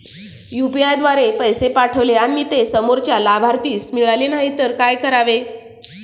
UPI द्वारे पैसे पाठवले आणि ते समोरच्या लाभार्थीस मिळाले नाही तर काय करावे?